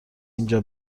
اینجا